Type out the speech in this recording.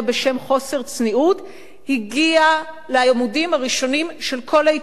צניעות הגיעה לעמודים הראשונים של כל העיתונים בעולם.